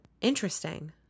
Interesting